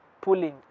pulling